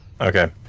Okay